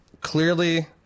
clearly